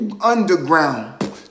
Underground